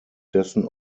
dessen